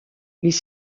les